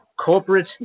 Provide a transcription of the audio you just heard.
corporate